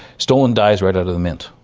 stolen dyes right out of the mint.